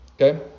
Okay